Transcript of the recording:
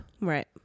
Right